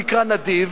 נדיב,